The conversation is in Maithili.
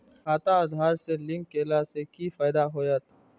खाता आधार से लिंक केला से कि फायदा होयत?